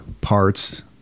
parts